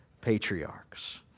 patriarchs